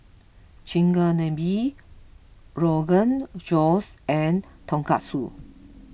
Chigenabe Rogan Josh and Tonkatsu